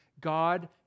God